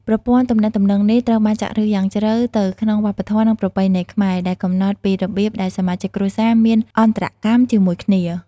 ប្រព័ន្ធទំនាក់ទំនងនេះត្រូវបានចាក់ឫសយ៉ាងជ្រៅទៅក្នុងវប្បធម៌ និងប្រពៃណីខ្មែរ ដែលកំណត់ពីរបៀបដែលសមាជិកគ្រួសារមានអន្តរកម្មជាមួយគ្នា។